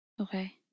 Okay